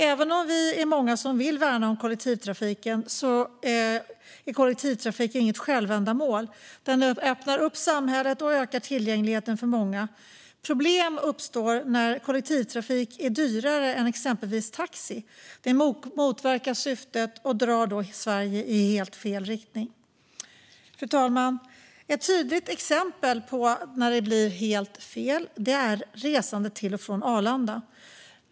Även om vi är många som vill värna om kollektivtrafiken är den inget självändamål. Den öppnar upp samhället och ökar tillgängligheten för många, men problem uppstår när kollektivtrafiken är dyrare än exempelvis taxi. Det motverkar syftet och drar då Sverige i helt fel riktning. Fru talman! Ett tydligt exempel på när det blir helt fel är resandet till och från Arlanda.